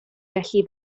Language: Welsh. felly